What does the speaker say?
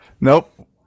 nope